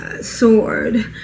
Sword